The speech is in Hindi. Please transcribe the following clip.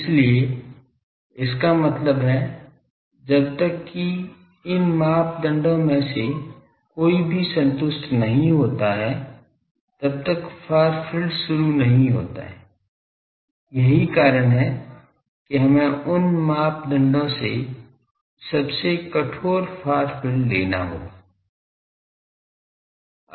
इसलिए इसका मतलब है जब तक कि इन मानदंडों में से कोई भी संतुष्ट नहीं होता है तब तक फार फील्ड शुरू नहीं होता है यही कारण है कि हमें इन मानदंडों से सबसे कठोर फार फील्ड लेना होगा